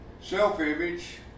Self-image